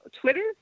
Twitter